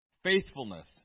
Faithfulness